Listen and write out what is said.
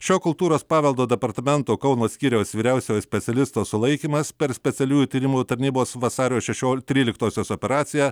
šio kultūros paveldo departamento kauno skyriaus vyriausiojo specialisto sulaikymas per specialiųjų tyrimų tarnybos vasario šešiol tryliktosios operaciją